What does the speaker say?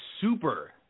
super